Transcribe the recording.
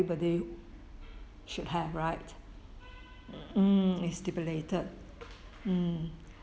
everybody should have right mm is stipulated mm